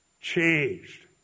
changed